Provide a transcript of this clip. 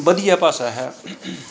ਵਧੀਆ ਭਾਸ਼ਾ ਹੈ